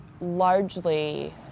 largely